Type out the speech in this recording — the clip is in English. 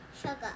Sugar